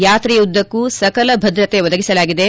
ಯಾತ್ರೆಯುದ್ಧಕೂ ಸಕಲ ಭದ್ರತೆ ಒದಗಿಸಲಾಗಿದೆ